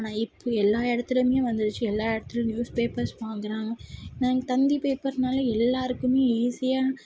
ஆனால் இப்போது எல்லா இடத்துலையுமே வந்துடுச்சு எல்லா இடத்துல நியூஸ் பேப்பர்ஸ் வாங்குகிறாங்க நான் இந்த தந்தி பேப்பர்னாலே எல்லோருக்குமே ஈஸியாக